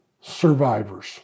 survivors